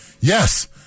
Yes